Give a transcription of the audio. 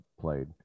played